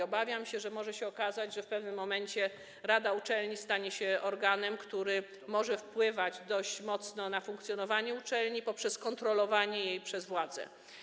Obawiam się, że może się okazać, że w pewnym momencie rada uczelni stanie się organem, który może dość mocno wpływać na funkcjonowanie uczelni poprzez kontrolowanie jej przez władze.